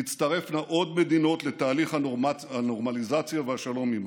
תצטרפנה עוד מדינות לתהליך הנורמליזציה והשלום עימנו.